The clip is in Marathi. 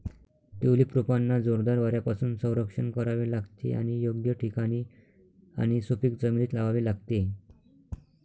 ट्यूलिप रोपांना जोरदार वाऱ्यापासून संरक्षण करावे लागते आणि योग्य ठिकाणी आणि सुपीक जमिनीत लावावे लागते